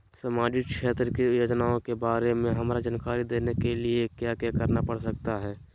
सामाजिक क्षेत्र की योजनाओं के बारे में हमरा जानकारी देने के लिए क्या क्या करना पड़ सकता है?